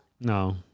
No